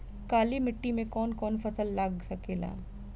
काली मिट्टी मे कौन कौन फसल लाग सकेला?